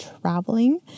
traveling